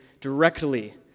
directly